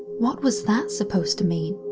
what was that supposed to mean?